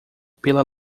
pela